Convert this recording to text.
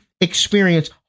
experience